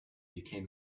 became